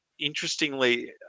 Interestingly